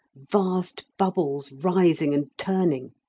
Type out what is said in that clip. vast bubbles rising and turning.